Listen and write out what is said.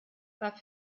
war